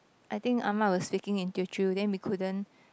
I think Ah-Ma was speaking in Teochew then we couldn't